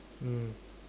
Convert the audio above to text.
mm